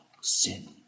sin